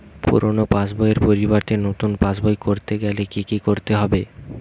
পুরানো পাশবইয়ের পরিবর্তে নতুন পাশবই ক রতে গেলে কি কি করতে হবে?